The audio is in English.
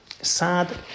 sad